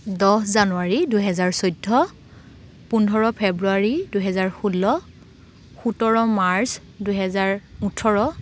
দহ জানুৱাৰী দুহেজাৰ চৈধ্য় পোন্ধৰ ফেব্ৰুৱাৰী দুহেজাৰ ষোল্ল সোতৰ মাৰ্চ দুহেজাৰ ওঠৰ